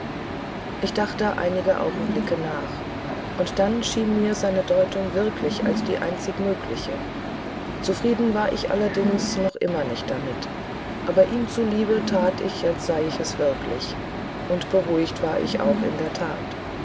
ich dachte einige augenblicke nach und dann erschien mir seine deutung wirklich als die einzig mögliche zufrieden war ich allerdings noch immer nicht damit aber ihm zu liebe that ich als sei ich es wirklich und beruhigt war ich auch in der that